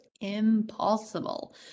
impossible